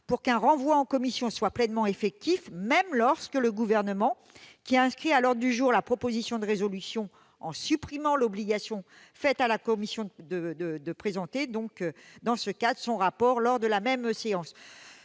pour qu'un renvoi en commission soit pleinement effectif, même lorsque le Gouvernement inscrit à l'ordre du jour la proposition de loi, en supprimant l'obligation faite à la commission de présenter dans ce cas son rapport lors de la même séance.